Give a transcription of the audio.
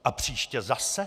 A příště zase?